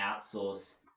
outsource